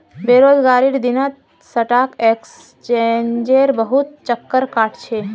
बेरोजगारीर दिनत स्टॉक एक्सचेंजेर बहुत चक्कर काट छ